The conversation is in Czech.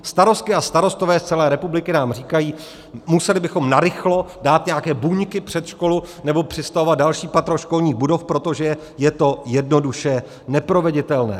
Starostky a starostové z celé republiky nám říkají: museli bychom narychlo dát nějaké buňky před školu nebo přistavovat další patro školních budov, protože je to jednoduše neproveditelné.